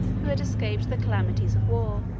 who had escaped the calamities of war